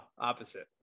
opposite